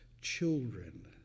children